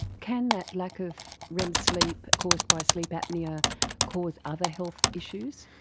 can that lack of rem sleep caused by sleep apnoea cause other health issues?